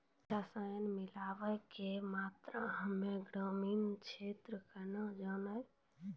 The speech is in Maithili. रसायन मिलाबै के मात्रा हम्मे ग्रामीण क्षेत्रक कैसे जानै?